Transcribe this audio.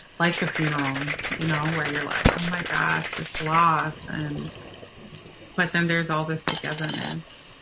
like a funeral, you know, where you're like, oh my gosh, this loss. and but then there's all this togetherness.